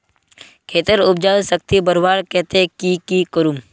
खेतेर उपजाऊ शक्ति बढ़वार केते की की करूम?